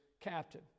captain